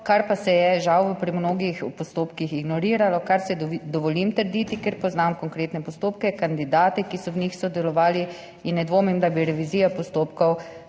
kar pa se je žal pri mnogih postopkih ignoriralo, kar si dovolim trditi, ker poznam konkretne postopke, kandidate, ki so v njih sodelovali, in ne dvomim, da bi revizija postopkov